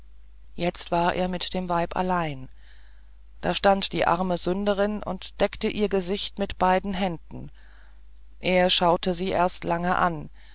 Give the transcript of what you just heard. jetzt war er mit dem weib allein da stand die arme sünderin und deckte ihr gesicht mit beiden händen er schaute sie erst lange an